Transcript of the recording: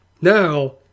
Now